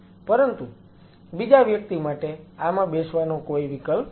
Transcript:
પરંતુ બીજા વ્યક્તિ માટે આમાં બેસવાનો કોઈ વિકલ્પ નથી